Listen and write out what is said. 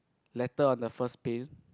letter on the first paint